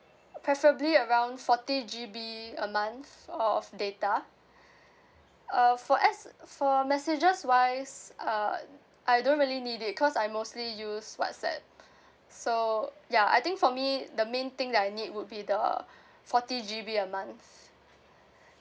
preferably around forty G_B a month of data uh for S~ for messages wise uh I don't really need it cause I mostly use whatsapp so ya I think for me the main thing that I need would be the forty G_B a month